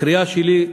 הקריאה שלי,